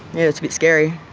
it's a bit scary.